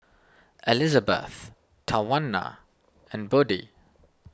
Elisabeth Tawanna and Buddie